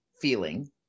feeling